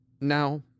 Now